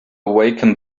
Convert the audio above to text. awaken